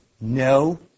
no